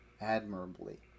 admirably